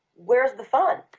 where's the fun?